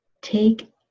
take